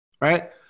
right